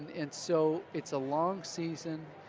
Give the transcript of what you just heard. and so it's a long season.